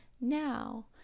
now